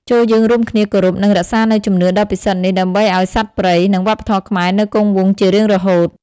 ចូរយើងរួមគ្នាគោរព និងរក្សានូវជំនឿដ៏ពិសិដ្ឋនេះ ដើម្បីឱ្យសត្វព្រៃ និងវប្បធម៌ខ្មែរនៅគង់វង្សជារៀងរហូត។